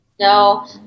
No